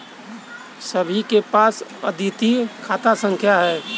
सभी के पास अद्वितीय खाता संख्या हैं